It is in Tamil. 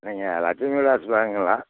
நீங்கள் லெட்சுமி விலாஸ் பேங்குங்களா